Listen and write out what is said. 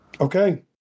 Okay